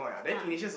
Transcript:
ah